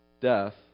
Death